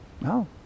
No